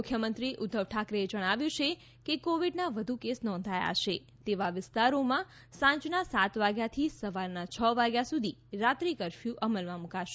મુખ્યમંત્રી ઉદ્ધવ ઠાકરેએ જણાવ્યું છે કે કોવિડના વધુ કેસ નોંધાયા છે તેવા વિસ્તારોમાં સાંજના સાત વાગ્યાથી સવારના છ વાગ્યા સુધી રાત્રે કરફ્યૂ અમલમાં મૂકાશે